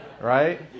Right